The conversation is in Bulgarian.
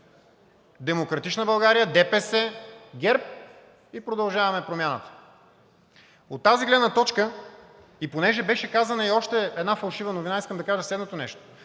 „Демократична България“, ДПС, ГЕРБ и „Продължаваме Промяната“. От тази гледна точка, понеже беше казана и още една фалшива новина, искам да кажа следното нещо: